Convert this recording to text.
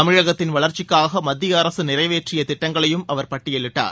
தமிழகத்தின் வளர்ச்சிக்காக மத்திய அரசு நிறைவேற்றிய திட்டங்களையும் அவர் பட்டியலிட்டார்